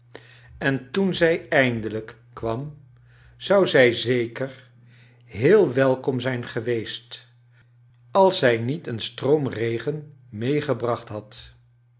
en toen zij eindelrjk kwam zou zij zeker heel welkom geweest zijn als zij niet een stroom regen meegebracht had